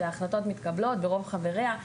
אלא ההחלטות מתקבלות ברוב חבריה,